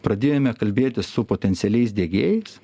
pradėjome kalbėtis su potencialiais diegėjais